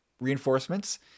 reinforcements